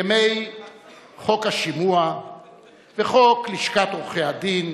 ימי חוק השימוע וחוק לשכת עורכי-הדין,